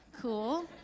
cool